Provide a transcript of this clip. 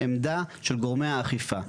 עמדה של גורמי האכיפה.